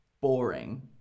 boring